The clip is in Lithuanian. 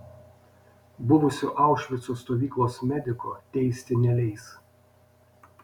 buvusio aušvico stovyklos mediko teisti neleis